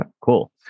cool